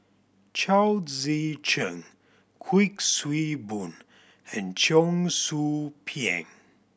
Chao Tzee Cheng Kuik Swee Boon and Cheong Soo Pieng